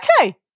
okay